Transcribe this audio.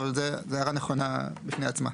אבל זו הערה נכונה בפני עצמה.